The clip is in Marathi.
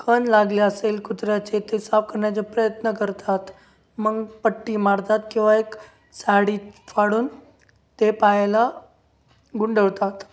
खन लागले असेल कुत्र्याचे ते साफ करण्याचे प्रयत्न करतात मग पट्टी मारतात किंवा एक साडी फाडून ते पायाला गुंडवतात